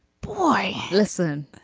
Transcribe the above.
boy listen,